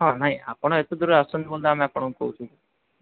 ହଁ ନାହିଁ ଆପଣ ଏତେ ଦୂରରୁ ଆସିଚନ୍ତି ବୋଲି ତ ଆମେ ଆପଣଙ୍କୁ କହୁଚୁ